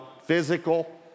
physical